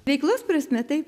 veiklos prasme taip